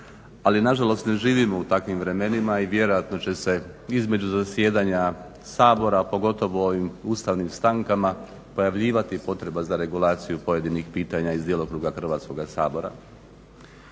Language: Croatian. ali nažalost ne živimo u takvim vremenima i vjerojatno će se između zasjedanja Sabora pogotovo u ovim ustavnim stankama pojavljivati potreba za regulaciju pojedinih pitanja iz djelokruga Hrvatskoga sabora.